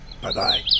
Bye-bye